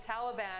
Taliban